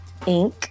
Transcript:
Inc